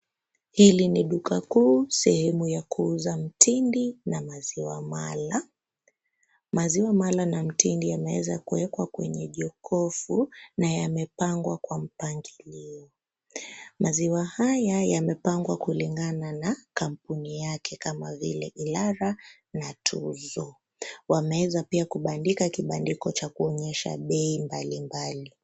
Hili ni duka kuu sehemu ya kuuza mtindi na maziwa mala, maziwa mala na mtindi yameweza kuwekwa kwenye jokofu, na yamepangwa kwa mpangilio, maziwa haya yamepangwa kulingana na kampuni yake kama vile Ilara na Tuzo, wameweza pia kubandika kibandiko cha kuonyesha bei mbalimbali.